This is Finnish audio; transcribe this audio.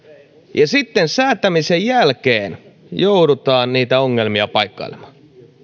ja sitten säätämisen jälkeen joudutaan niitä ongelmia paikkailemaan